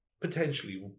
potentially